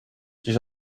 siis